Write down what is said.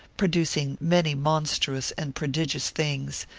producing many monstrous and prodigious things,